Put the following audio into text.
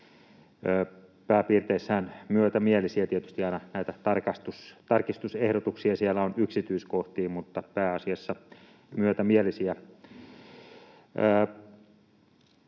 pääpiirteissään myötämielisiä. Tietysti aina näitä tarkistusehdotuksia siellä on yksityiskohtiin, mutta pääasiassa myötämielisiä.